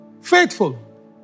faithful